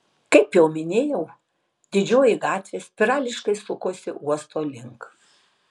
kaip jau minėjau didžioji gatvė spirališkai sukosi uosto link